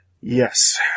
Yes